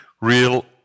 real